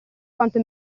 quanto